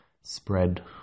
spread